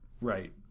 right